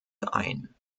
ein